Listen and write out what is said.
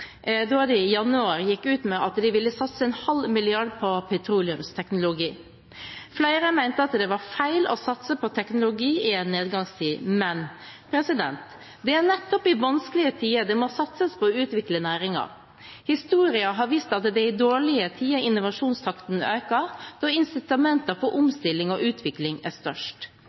da de i januar gikk ut med at de ville satse en halv milliard på petroleumsteknologi. Flere mente at det var feil å satse på teknologi i en nedgangstid, men det er nettopp i vanskelige tider det må satses på å utvikle næringer. Historien har vist at det er i dårlige tider innovasjonstakten øker, da incitamentet for omstilling og utvikling er størst.